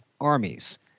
armies